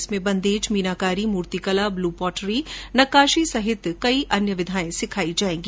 इसमें बंधेज मीनाकारी मूर्तिकला ब्लू पॉटरी नक्काशी सहित अन्य विधायें सिखायी जायेंगी